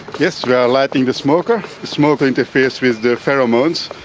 yes, we are lighting the smoker. smoke interferes with the pheromones,